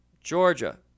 Georgia